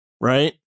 Right